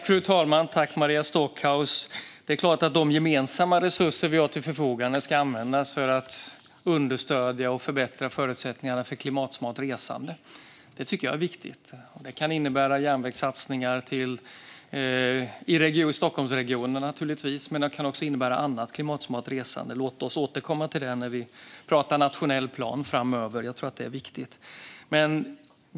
Fru talman! Det är klart att de gemensamma resurser vi har till förfogande ska användas för att understödja och förbättra förutsättningarna för klimatsmart resande. Det tycker jag är viktigt. Detta kan naturligtvis innebära järnvägssatsningar i Stockholmsregionen, men det kan också innebära annat klimatsmart resande. Låt oss återkomma till det när vi talar om nationell plan framöver - jag tror att det är viktigt.